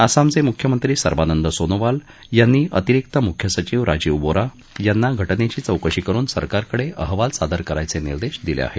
आसामचे मुख्यमंत्री सर्बानंद सोनोवाल यांनी अतिरिक्त मुख्य सचिव राजीव बोरा यांना घटनेची चौकशी करुन सरकारकडे अहवाल सादर करायचे निर्देश दिले आहेत